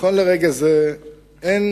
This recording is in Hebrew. נכון לרגע זה אין